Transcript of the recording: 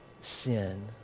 sin